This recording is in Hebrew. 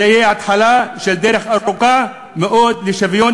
זאת תהיה התחלה של דרך ארוכה מאוד לשוויון